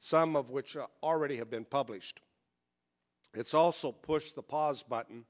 some of which already have been published it's also pushed the pause button